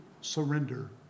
surrender